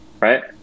right